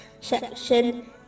section